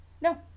No